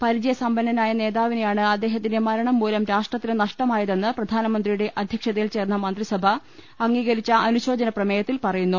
പരിചയ സമ്പന്നനായ നേതാ വിനെയാണ് അദ്ദേഹത്തിന്റെ മരണംമൂലം രാഷ്ട്രത്തിന് നഷ്ടമായതെന്ന് പ്രധാ നമന്ത്രിയുടെ അധ്യക്ഷതയിൽ ചേർന്ന മന്ത്രിസഭ അംഗീകരിച്ച അനുശോചന പ്രമേയത്തിൽ പറയുന്നു